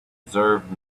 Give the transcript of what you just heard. observed